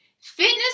Fitness